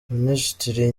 minisitiri